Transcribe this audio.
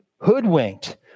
hoodwinked